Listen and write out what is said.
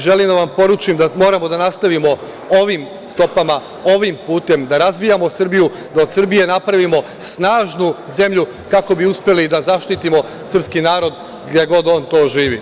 Želim da vam poručim da moramo da nastavimo ovim stopama, ovim putem, da razvijamo Srbiju, da od Srbije napravio snažnu zemlju kako bi uspeli da zaštitimo srpski narod gde god on živi.